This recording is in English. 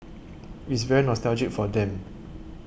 it's very nostalgic for them